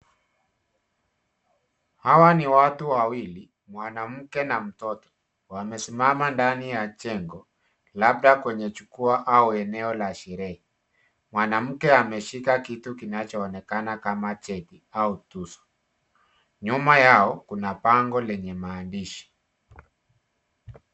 Hawa ni watu wawili, mwanamke na mtoto wamesimama ndani ya jengo labda kwenye jukwa au eneo la sherehe. Mwanamke ameshika kitu kinachoonekana kama cheti au chupa. Nyuma yao kuna bango lenye maandishi.